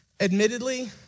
Admittedly